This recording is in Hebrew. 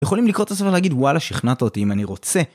יכולים לקרוא את הספר ולהגיד וואלה שכנעת אותי אם אני רוצה